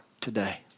today